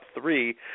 three